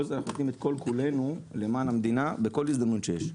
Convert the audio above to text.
זאת אנחנו נותנים את כל כולנו למען המדינה בכל הזדמנות שיש.